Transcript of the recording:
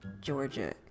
Georgia